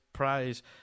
...prize